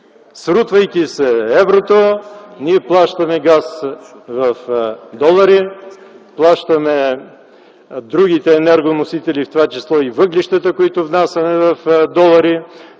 срутвайки се еврото, ние плащаме газ в долари, плащаме другите енергоносители, в това число и въглищата, които внасяме, в долари.